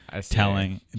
telling